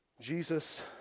Jesus